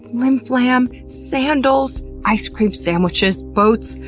flimflam, sandals, ice cream sandwiches, boats,